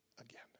again